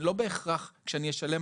לא בהכרח כשאני אשלם,